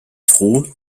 froh